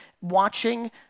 watching